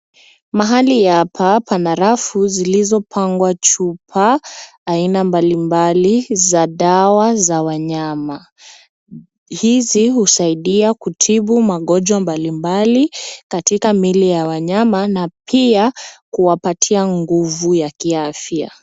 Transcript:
Mahali hapa pana rafu zilizopangwa chupa aina mbali mbali za dawa za wanyama. Hizi husaidia kutibu magonjwa mbali mbali katika mili ya wanyama, na pia kuwapatia nguvu ya kiafya.